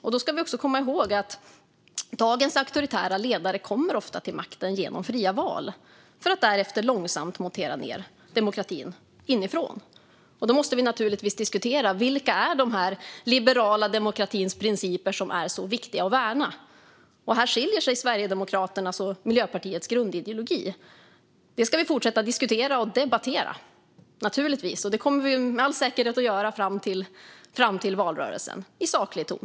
Vi ska också komma ihåg att dagens auktoritära ledare ofta kommer till makten genom fria val för att därefter långsamt montera ned demokratin inifrån. Då måste vi naturligtvis diskutera vilka den liberala demokratins principer är som är så viktiga att värna. Här skiljer sig Sverigedemokraternas och Miljöpartiets grundideologi. Det ska vi naturligtvis fortsätta att diskutera och debattera, och det kommer vi med all säkerhet att göra fram till valrörelsen - i saklig ton.